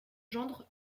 gendre